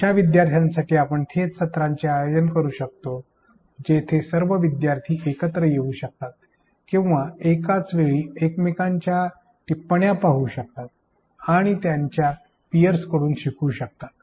अशा विद्यार्थ्यांसाठी आपण थेट सत्रांचे आयोजन करू शकतो जेथे सर्व विद्यार्थी एकत्र येऊ शकतात किंवा एकाच वेळी एकमेकांच्या टिप्पण्या शंका पाहू शकतात आणि त्यांच्या पियर्स कडून शिकू शकतात